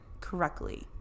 correctly